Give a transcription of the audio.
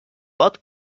pot